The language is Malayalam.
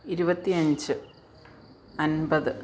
ഇരുപത്തിഅഞ്ച് അൻപത്